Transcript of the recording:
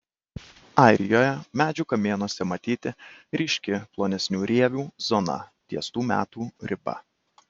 airijoje medžių kamienuose matyti ryški plonesnių rievių zona ties tų metų riba